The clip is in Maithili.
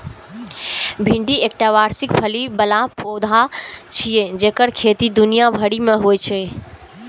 भिंडी एकटा वार्षिक फली बला पौधा छियै जेकर खेती दुनिया भरि मे होइ छै